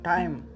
Time